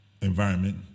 environment